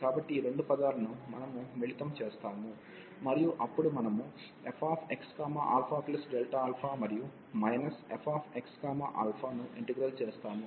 కాబట్టి ఈ రెండు పదాలను మనం మిళితం చేస్తాము మరియు అప్పుడు మనము fxα మరియు మైనస్ fxα ను ఇంటిగ్రల్ చేస్తాము